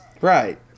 Right